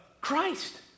Christ